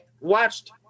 watched